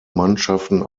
mannschaften